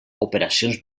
operacions